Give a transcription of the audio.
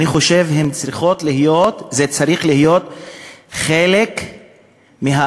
אני חושב שהן צריכות להיות חלק מהאג'נדה